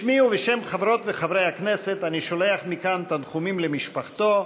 בשמי ובשם חברות וחברי הכנסת אני שולח מכאן תנחומים למשפחתו,